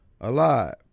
alive